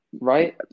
Right